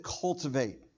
cultivate